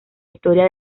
historia